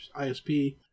ISP